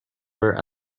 were